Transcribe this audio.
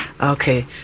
Okay